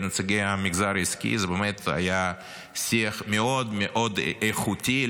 נציגי המגזר העסקי באמת היה שיח מאוד מאוד איכותי.